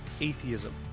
atheism